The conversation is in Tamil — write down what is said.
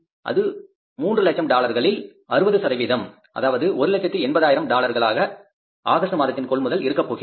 அது 300000 டாலர்களில் 60 சதவீதம் அதாவது 180000 டாலர்களாக ஆகஸ்ட் மாதத்தின் கொள்முதல் இருக்கப்போகின்றது